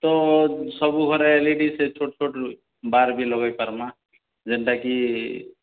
ତ ସବୁଘରେ L E D ସେ ଛୋଟ୍ ଛୋଟ୍ ବାର୍ ବି ଲଗେଇପାର୍ମା ଯେନ୍ତାକି